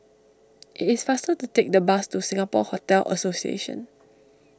it is faster to take the bus to Singapore Hotel Association